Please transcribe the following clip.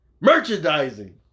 Merchandising